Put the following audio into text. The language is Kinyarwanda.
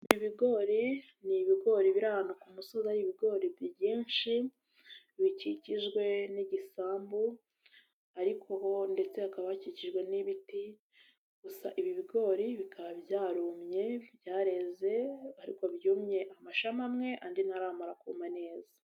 Ibigori ni ibigori biri ahantu ku umusozi ari ibigori byinshi bikikijwe n'igisambu ariko ho ndetse hakaba hakikijwe n'ibiti, gusa ibi bigori bikaba byarumye byareze, ariko byumye amashami amwe andi ntaramara kuma neza.